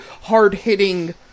hard-hitting